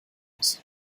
aus